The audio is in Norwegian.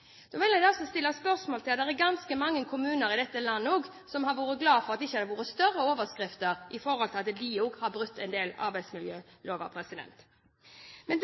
Da blir jeg litt forundret når komitélederen begynner å snakke om Adecco-saken, og at det er høyresidens feil. Det vil jeg stille spørsmål ved, for det er ganske mange kommuner i dette land som har vært glade for at det ikke har vært større overskrifter i forhold til at de også har brutt arbeidsmiljøloven.